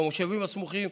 במושבים הסמוכים.